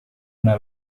una